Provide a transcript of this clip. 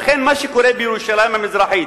לכן מה שקורה בירושלים המזרחית